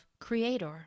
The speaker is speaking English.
creator